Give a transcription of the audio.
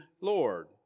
Lord